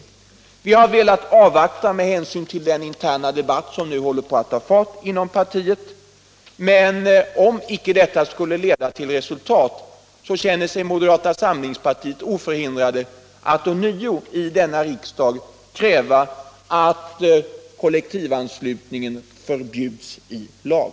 Vi har velat avvakta med hänsyn till den interna debatt som nu håller på att ta fart inom det socialdemokratiska partiet, men om icke detta skulle leda till resultat känner sig moderata samlingspartiet oförhindrat att ånyo i denna riksdag kräva att kollektivanslutning förbjuds i lag.